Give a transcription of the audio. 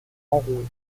enrouée